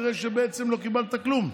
תראה שבעצם לא קיבלת כלום,